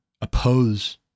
oppose